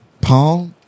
Paul